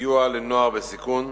סיוע לנוער בסיכון,